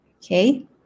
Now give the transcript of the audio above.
Okay